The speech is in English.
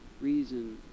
Reason